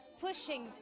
pushing